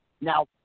Now